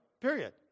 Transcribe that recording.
Period